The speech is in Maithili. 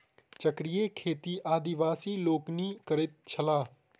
चक्रीय खेती आदिवासी लोकनि करैत छलाह